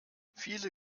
viele